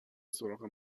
سراغ